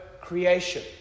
creation